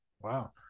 Wow